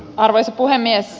arvoisa puhemies